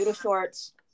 shorts